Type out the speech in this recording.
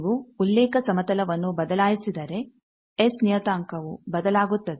ನೀವು ಉಲ್ಲೇಖ ಸಮತಲವನ್ನು ಬದಲಾಯಿಸಿದರೆ ಎಸ್ ನಿಯತಾಂಕವು ಬದಲಾಗುತ್ತದೆ